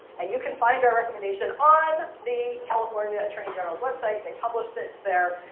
and you can find our recommendation on the california attorney general's website. they published it there,